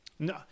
No